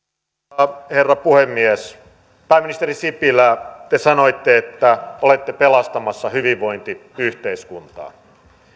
arvoisa herra puhemies pääministeri sipilä te sanoitte että olette pelastamassa hyvinvointiyhteiskuntaa